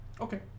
Okay